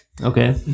Okay